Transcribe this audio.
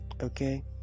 Okay